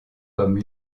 comme